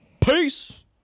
Peace